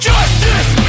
Justice